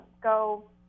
go